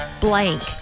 blank